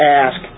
ask